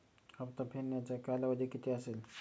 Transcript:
हप्ता फेडण्याचा कालावधी किती असेल?